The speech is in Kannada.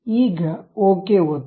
ಈಗ ಓಕೆ ಒತ್ತಿ